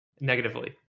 negatively